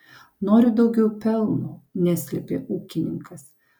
noriu daugiau pelno neslėpė ūkininkas